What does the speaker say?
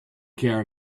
care